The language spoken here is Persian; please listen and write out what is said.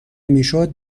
میشد